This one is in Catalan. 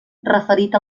referit